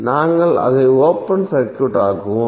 நாங்கள் அதை open circuit ஆக்குவோம்